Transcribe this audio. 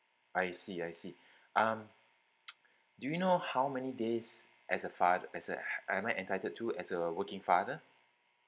I see I see um do you know how many days as a father as a am I entitled to as a working father